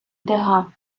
дега